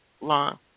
long